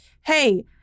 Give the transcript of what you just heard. hey